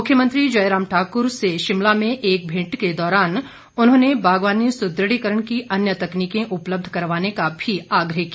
मुख्यमंत्री जयराम ठाकुर से शिमला में एक भेंट के दौरान उन्होंने बागवानी सुद्रढ़ीकरण की अन्य तकनीकें उपलब्ध करवाने का भी आग्रह किया